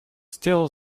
still